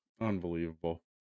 Unbelievable